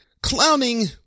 Clowning